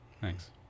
thanks